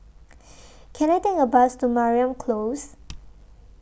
Can I Take A Bus to Mariam Close